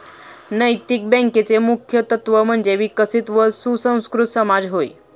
नैतिक बँकेचे मुख्य तत्त्व म्हणजे विकसित व सुसंस्कृत समाज होय